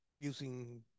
using